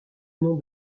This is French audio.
nom